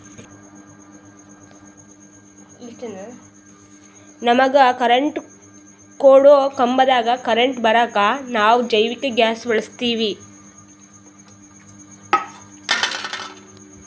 ನಮಗ ಕರೆಂಟ್ ಕೊಡೊ ಕಂಬದಾಗ್ ಕರೆಂಟ್ ಬರಾಕ್ ನಾವ್ ಜೈವಿಕ್ ಗ್ಯಾಸ್ ಬಳಸ್ತೀವಿ